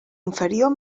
inferior